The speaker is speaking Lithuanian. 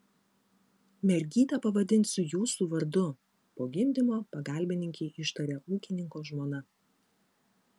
mergytę pavadinsiu jūsų vardu po gimdymo pagalbininkei ištarė ūkininko žmona